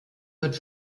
wird